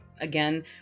again